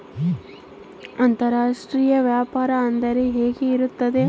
ಅಂತರಾಷ್ಟ್ರೇಯ ವ್ಯಾಪಾರ ಅಂದರೆ ಹೆಂಗೆ ಇರುತ್ತದೆ?